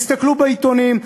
תסתכלו בעיתונים,